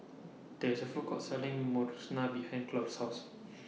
There IS A Food Court Selling Monsunabe behind Claude's House